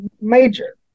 major